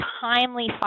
timely